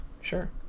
sure